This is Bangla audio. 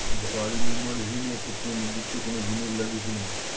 বাড়ি নির্মাণ ঋণের ক্ষেত্রে নির্দিষ্ট কোনো বিনিয়োগ লাগবে কি না?